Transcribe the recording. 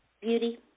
Beauty